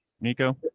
Nico